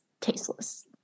tasteless